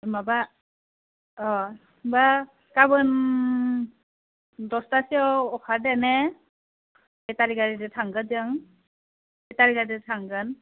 माबा अ होमब्ला गाबोन दसथासोआव अखारदो ने बेटारि गारिजो थांगोन जों बेटारि गारिजों थांगोन